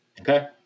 Okay